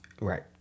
Right